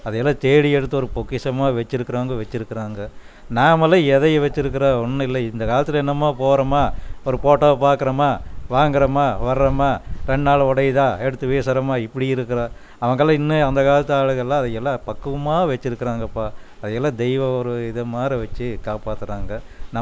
அதையெல்லாம் தேடி எடுத்து ஒரு பொக்கிஷமாக வச்சிருக்கிறவங்க வச்சிருக்கிறாங்க நாமெல்லாம் எதைய வச்சிருக்கிறோம் ஒன்றும் இல்லை இந்த காலத்தில் என்னமா போறமா ஒரு போட்டோவை பார்க்குறமா வாங்குகிறமா வர்றோமா ரெண்டு நாள்ல உடையிதா எடுத்து வீசரமா இப்படி இருக்குறோம் அவங்களாம் இன்னும் அந்த காலத்து ஆளுங்கலாம் அதையெல்லாம் பக்குவமாக வச்சிருக்குறாங்கப்பா அதையெல்லாம் தெய்வ ஒரு இதுமாதிரி வச்சு காப்பாத்துறாங்க நான்